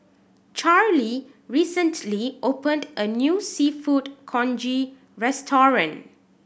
Charlee recently opened a new Seafood Congee restaurant